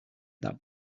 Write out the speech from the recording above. that